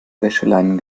wäscheleinen